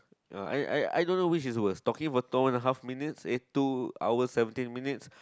uh I I I don't know which is worst talking about two half minutes eh two hour seventeen minutes